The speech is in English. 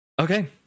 okay